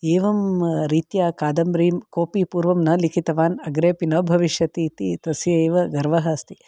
एवं रीत्या कादम्बरीं कोपि पूर्वं न लिखितवान् अग्रेपि न भविष्यति इति तस्य एव गर्वः अस्ति